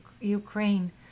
Ukraine